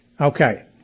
Okay